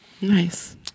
nice